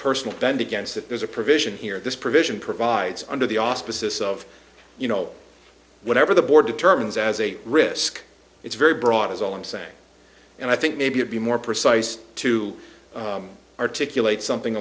personal bend against that there's a provision here this provision provides under the auspices of you know whatever the board determines as a risk it's very broad is all i'm saying and i think maybe you'd be more precise to articulate something